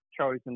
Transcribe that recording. chosen